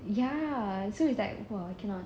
ya so it's like !wah! cannot